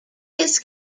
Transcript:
his